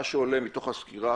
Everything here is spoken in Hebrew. מה שעולה מתוך הסקירה,